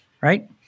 right